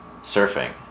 surfing